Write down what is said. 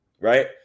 right